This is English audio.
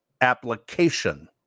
application